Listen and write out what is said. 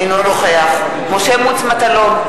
אינו נוכח משה מטלון,